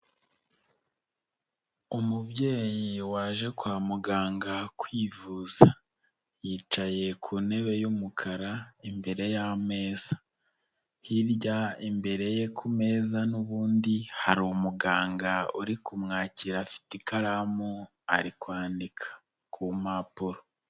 Umubyeyi waje kwa muganga kwivuza, yicaye ku ntebe y'umukara imbere y'ameza, hirya imbere ye ku meza n'ubundi hari umuganga uri kumwakira afite ikaramu ari kwandika ku mpapuro.